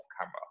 camera